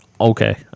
Okay